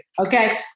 okay